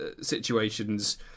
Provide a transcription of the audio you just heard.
situations